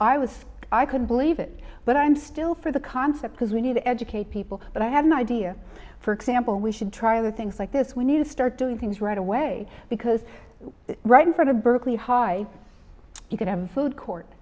i was i couldn't believe it but i'm still for the concept because we need to educate people but i have an idea for example we should try with things like this when you start doing things right away because right in front of berkeley high you could have a food court